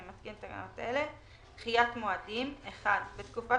אני מתקין תקנות אלה: דחיית מועדים 1.בתקופה